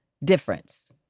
difference